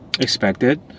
expected